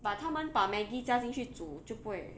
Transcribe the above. but 他们把 Maggi 加进去煮就不会